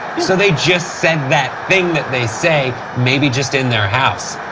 so they just said that thing that they say, maybe just in their house,